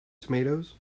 tomatoes